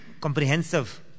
Comprehensive